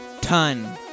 ton